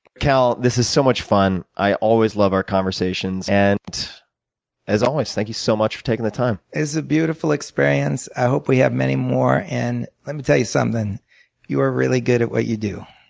cal, this is so much fun. i always love our conversations. and as always, thank you so much for taking the time. it's a beautiful experience. i hope we have many more. and let me tell you something you're really good at what you do.